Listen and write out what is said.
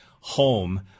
home